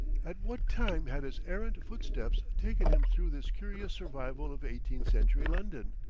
at what time had his errant footsteps taken him through this curious survival of eighteenth century london?